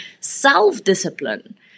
self-discipline